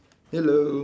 hello